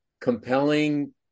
compelling